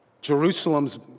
Jerusalem's